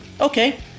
Okay